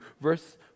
Verse